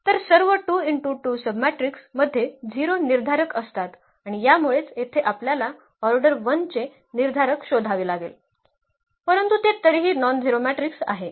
तर सर्व 2 × 2 सबमॅट्रिक्स मध्ये 0 निर्धारक असतात आणि यामुळेच येथे आपल्याला ऑर्डर 1 चे निर्धारक शोधावे लागेल परंतु ते तरीही नॉनझेरो मॅट्रिक्स आहे